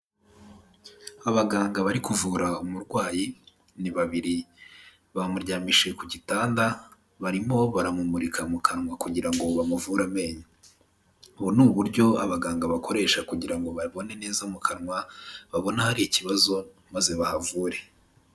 Abaganga bari kuvura umurwayi, ni babiri bamuryamishije ku gitanda barimo baramumurika mu kanwa kugira ngo bamuvure amenyo. Ubu ni uburyo abaganga bakoresha kugira ngo babone neza mu kanwa, babone ahari ikibazo maze bahavure.